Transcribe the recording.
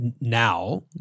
now